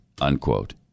Unquote